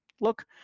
look